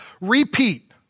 repeat